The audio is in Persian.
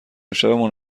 شبمون